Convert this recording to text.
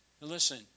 Listen